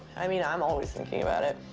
i mean, i'm always thinking about it.